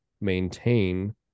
maintain